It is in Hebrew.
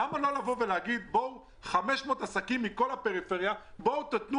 למה לא להגיד ש-500 עסקים מכל הפריפריה יתנו